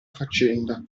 faccenda